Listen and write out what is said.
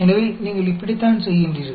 எனவே நீங்கள் இப்படித்தான் செய்கின்றீர்கள்